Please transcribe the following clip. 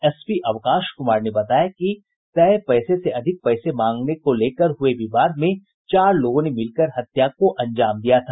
S P Avkash Kumar ने बताया कि तय पैसे से अधिक पैसे मांगने को लेकर हुये विवाद में चार लोगों ने मिलकर हत्या को अंजाम दिया था